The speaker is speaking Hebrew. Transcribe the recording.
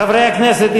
חברי הכנסת,